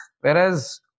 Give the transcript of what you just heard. Whereas